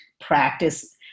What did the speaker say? practice